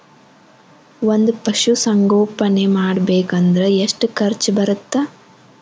ಒಂದ್ ಪಶುಸಂಗೋಪನೆ ಮಾಡ್ಬೇಕ್ ಅಂದ್ರ ಎಷ್ಟ ಖರ್ಚ್ ಬರತ್ತ?